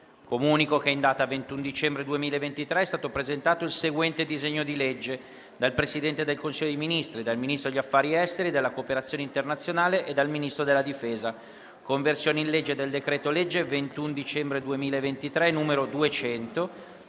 Comunico che in data 21 dicembre 2023 è stato presentato il seguente disegno di legge: *dal Presidente del Consiglio dei ministri, dal Ministro degli affari esteri e della cooperazione internazionale e dal Ministro della difesa* «Conversione in legge del decreto-legge 21 dicembre 2023, n. 200,